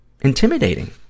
intimidating